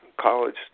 college